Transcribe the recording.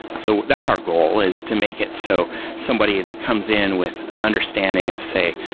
so that's our goal is to make it so somebody that comes in with an understanding of say,